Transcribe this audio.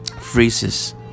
phrases